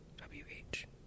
W-H